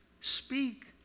speak